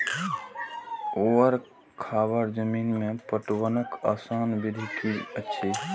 ऊवर खावर जमीन में पटवनक आसान विधि की अछि?